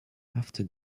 after